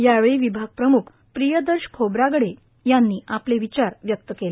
यावेळी विभाग प्रमुख पिर्यदर्श खोब्रागडे यांनी आपले विचार व्यक्त केले